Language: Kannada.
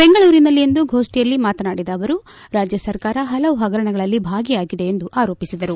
ಬೆಂಗಳೂರಿನಲ್ಲಿ ಇಂದು ಸುದ್ದಿಗೋಷ್ಠಿಯಲ್ಲಿ ಮಾತನಾಡಿದ ಅವರು ರಾಜ್ಯ ಸರ್ಕಾರ ಹಲವು ಹಗರಣಗಳಲ್ಲಿ ಭಾಗಿಯಾಗಿದೆ ಎಂದು ಆರೋಪಿಸಿದರು